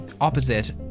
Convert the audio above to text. opposite